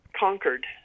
conquered